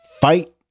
fight